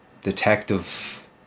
detective